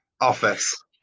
office